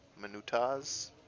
Minutas